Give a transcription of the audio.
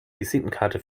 visitenkarte